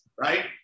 right